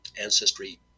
ancestry